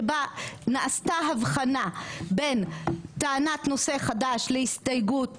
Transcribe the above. לפיה נעשתה הבחנה בין טענת נושא חדש להסתייגות